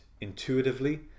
intuitively